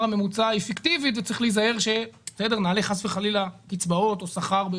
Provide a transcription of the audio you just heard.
הממוצע היא פיקטיבית וצריך להיזהר שנעלה חס וחלילה קצבאות או שכר.